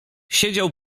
siedział